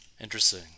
Interesting